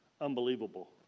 unbelievable